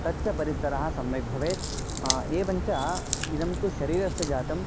तच्च परिसरः सम्यक् भवेत् एवञ्च इदं तु शरीरस्य जातम्